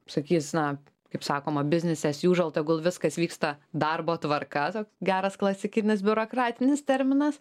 sakys na kaip sakoma biznis az južual tegul viskas vyksta darbo tvarka toks geras klasikinis biurokratinis terminas